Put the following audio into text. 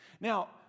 Now